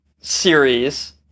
series